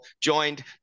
joined